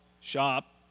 shop